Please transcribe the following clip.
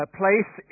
place